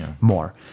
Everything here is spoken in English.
more